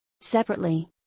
Separately